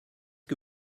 que